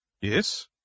Yes